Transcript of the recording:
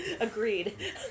Agreed